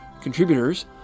contributors